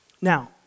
Now